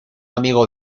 amigo